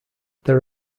there